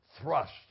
thrust